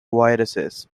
viruses